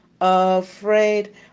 afraid